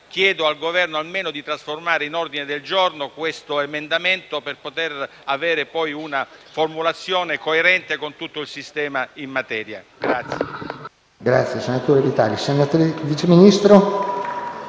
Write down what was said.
chiedo al Governo almeno di poter trasformare in ordine del giorno l'emendamento 9.33 per avere una formulazione coerente con tutto il sistema in materia.